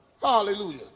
Hallelujah